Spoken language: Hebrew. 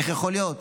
איך יכול להיות?